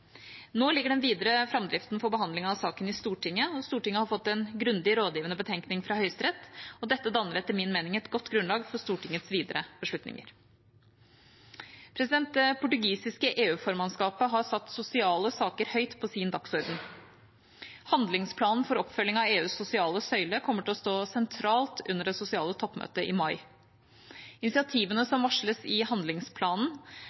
Nå ligger den videre framdriften for behandlingen av saken i Stortinget. Stortinget har fått en grundig rådgivende betenkning fra Høyesterett, og denne danner etter min mening et godt grunnlag for Stortingets videre beslutninger. Det portugisiske EU-formannskapet har satt sosiale saker høyt på sin dagsorden. Handlingsplanen for oppfølging av EUs sosiale søyle kommer til å stå sentralt under det sosiale toppmøtet i mai. Initiativene